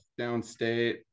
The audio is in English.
downstate